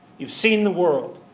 you've seen the world.